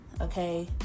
okay